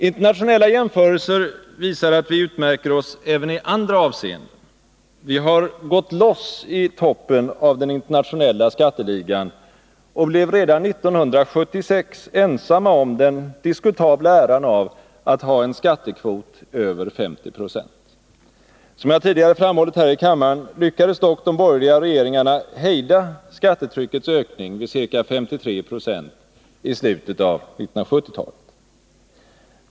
Internationella jämförelser visar att vi utmärker oss även i andra avseenden. Vi har gått loss i toppen av den internationella skatteligan och blev redan 1976 ensamma om den diskutabla äran av att ha en skattkvot på över 50 Jo. Som jag tidigare framhållit här i kammaren lyckades dock de borgerliga regeringarna hejda skattetryckets ökning vid ca 53 96 i slutet av 1970-talet.